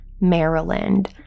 Maryland